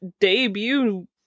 debut